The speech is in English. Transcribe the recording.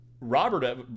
Robert